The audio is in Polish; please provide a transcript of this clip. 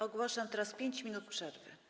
Ogłaszam teraz 5 minut przerwy.